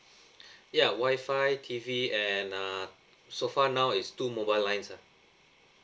ya wifi T_V and uh so far now is two mobile lines ah